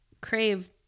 crave